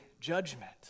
judgment